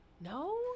No